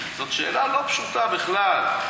זאת שאלה לא פשוטה בכלל,